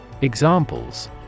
Examples